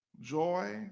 Joy